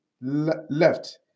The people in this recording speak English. left